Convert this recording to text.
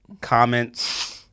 comments